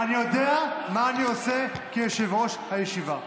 אני יודע מה אני עושה כיושב-ראש הישיבה.